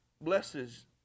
blesses